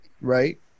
right